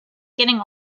getting